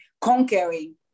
conquering